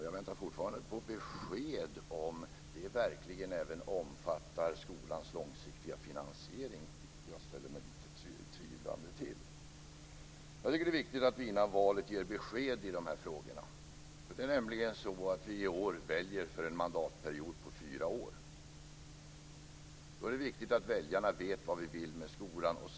Jag väntar fortfarande på besked om det verkligen även omfattar skolans långsiktiga finansiering, vilket jag ställer mig lite tvivlande till. Jag tycker att det är viktigt att vi innan valet ger besked i de här frågorna. Det är nämligen så att vi i år väljer för en mandatperiod på fyra år. Då är det viktigt att väljarna vet vad vi vill med skolan.